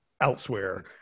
elsewhere